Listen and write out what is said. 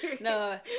no